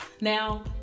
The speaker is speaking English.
now